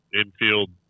infield